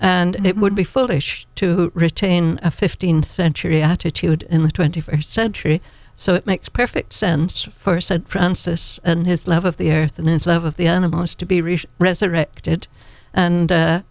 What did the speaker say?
and it would be foolish to retain a fifteenth century attitude in the twenty first century so it makes perfect sense for said francis and his love of the air and its love of the animals to be resurrected and